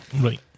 Right